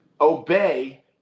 obey